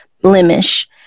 blemish